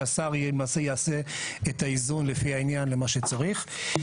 שהשר למעשה יעשה את האיזון לפי העניין למה שצריך.